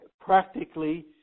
practically